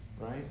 right